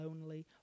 lonely